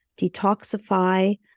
detoxify